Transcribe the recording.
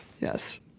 Yes